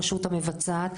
הרשות המבצעת,